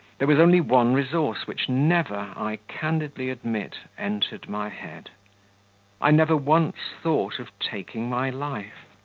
there was only one resource which never, i candidly admit, entered my head i never once thought of taking my life.